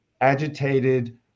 agitated